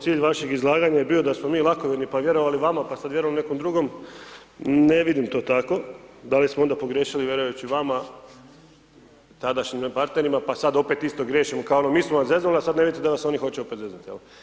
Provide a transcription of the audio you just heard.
cilj vašeg izlaganja je bio da smo mi lakovjerni pa vjerovali vama, pa sad vjerujemo nekom drugom, ne vidim to tako, da li smo onda pogriješili vjerujući vama, tadašnjim …/nerazumljivo/… partnerima, pa sad opet isto griješimo, kao ono mi smo vas zeznuli, a sad ne vidite da vas oni hoće opet zezat, jel'